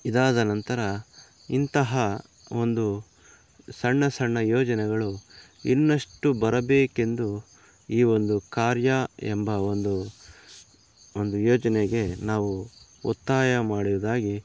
ಇದಾದನಂತರ ಇಂತಹ ಒಂದು ಸಣ್ಣ ಸಣ್ಣ ಯೋಜನೆಗಳು ಇನ್ನಷ್ಟು ಬರಬೇಕೆಂದು ಈ ಒಂದು ಕಾರ್ಯಾ ಎಂಬ ಒಂದು ಒಂದು ಯೋಜನೆಗೆ ನಾವು ಒತ್ತಾಯ ಮಾಡುವುದಾಗಿ